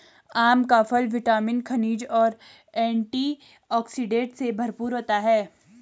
आम का फल विटामिन, खनिज और एंटीऑक्सीडेंट से भरपूर होता है